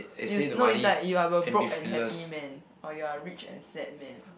you is like you are a broke and happy man or you're a rich and sad man